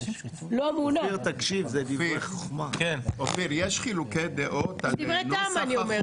אופיר, יש חילוקי דעות על נוסח החוק?